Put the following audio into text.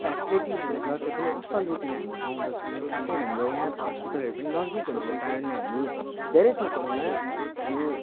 फेसिलिटिजहरू छ त्यो पनि असल रीतिले हामी पाउँदछौँ साथै हाम्रो यहाँको हस्पिटलहरू पनि नजिक हुनाको कारणले हामी धेरै थोकहरूमा हामी